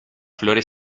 flores